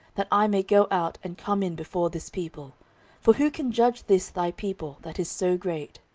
that i may go out and come in before this people for who can judge this thy people, that is so great?